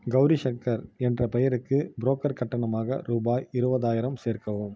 கௌரி சங்கர் என்ற பெயருக்கு புரோக்கர் கட்டணமாக ரூபாய் இருபதாயிரம் சேர்க்கவும்